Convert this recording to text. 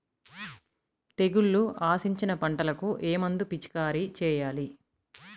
తెగుళ్లు ఆశించిన పంటలకు ఏ మందు పిచికారీ చేయాలి?